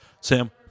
Sam